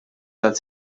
dal